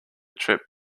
trip